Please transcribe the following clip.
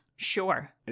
Sure